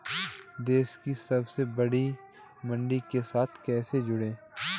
देश की सबसे बड़ी मंडी के साथ कैसे जुड़ें?